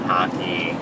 Hockey